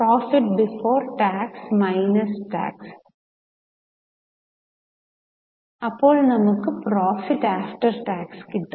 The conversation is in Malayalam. profit before tax minus tax അപ്പോൾ നമുക് പ്രോഫിറ്റ് ആഫ്റ്റർ ടാക്സ് കിട്ടും